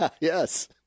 Yes